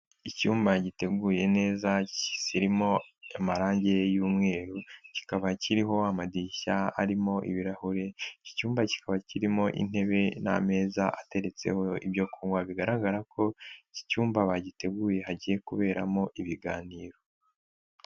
Icyumba giteguye neza kirimo amarangi y'umweru, kikaba kiriho amadirishya arimo ibirahuri, iki cyumba kikaba kirimo intebe n'ameza ateretseho ibyo kunywa, bigaragara ko iki cyumba bagiteguye hagiye kuberamo ibiganiro.